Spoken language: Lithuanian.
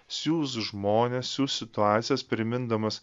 siųs žmones siųs situacijas primindamas